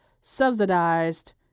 subsidized